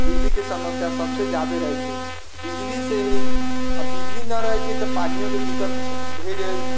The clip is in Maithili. बिजलीके समस्या सबसँ ज्यादे रहै छै बिजलीसँ ही बिजली नहि रहै छै तऽ पानिओके दिक्कत भऽ गेल